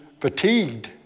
fatigued